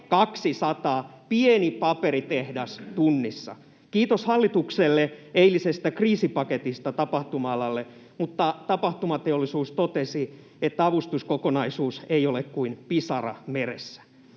200. Pieni paperitehdas. Tunnissa.” Kiitos hallitukselle eilisestä kriisipaketista tapahtuma-alalle, mutta tapahtumateollisuus totesi, että avustuskokonaisuus ei ole kuin pisara meressä.